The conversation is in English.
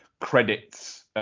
credits